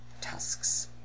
tusks